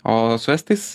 o su estais